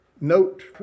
note